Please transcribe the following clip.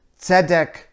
tzedek